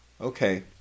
okay